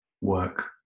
work